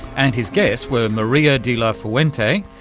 and his guests were maria de la fuente,